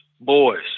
boys